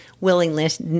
Willingness